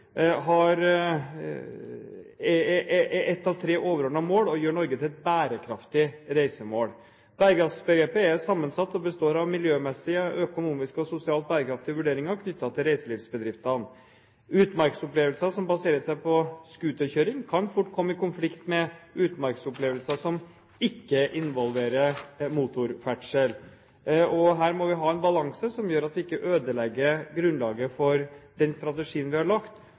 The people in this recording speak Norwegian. er ett av tre overordnede mål å gjøre Norge til et bærekraftig reisemål. Bærekraftbegrepet er sammensatt og består av miljømessige, økonomiske og sosialt bærekraftige vurderinger knyttet til reiselivsbedriftene. Utmarksopplevelser som baserer seg på scooterkjøring, kan fort komme i konflikt med utmarksopplevelser som ikke involverer motorferdsel. Her må vi ha en balanse som gjør at vi ikke ødelegger grunnlaget for den strategien vi har lagt